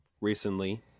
recently